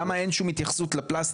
למה אין שום התייחסות לפלסטיק?